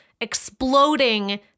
exploding